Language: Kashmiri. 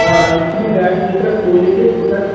آ یِم چھِ مےٚ گاڑِ زٕ ترٛےٚ کھوٗلِتھ ییٚتہِ بہٕ کرٕ